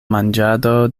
manĝado